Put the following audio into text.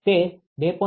તે 2